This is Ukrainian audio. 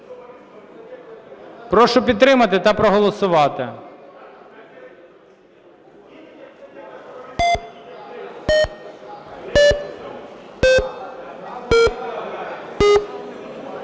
Прошу підтримати та проголосувати.